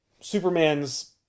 Superman's